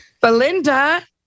Belinda